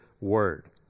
word